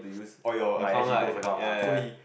or your accounts right ya ya ya